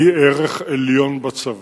היא ערך עליון בצבא.